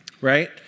right